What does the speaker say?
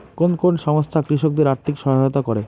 কোন কোন সংস্থা কৃষকদের আর্থিক সহায়তা করে?